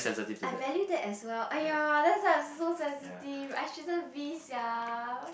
I value that as well !aiya! that's why I am so sensitive I shouldn't be sia